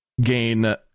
gain